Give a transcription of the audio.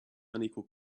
unequal